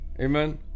amen